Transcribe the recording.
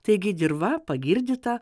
taigi dirva pagirdyta